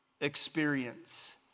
experience